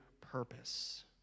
purpose